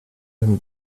demi